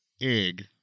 egg